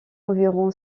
environ